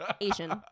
Asian